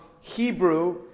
Hebrew